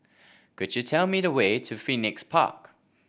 could you tell me the way to Phoenix Park